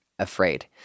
afraid